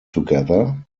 together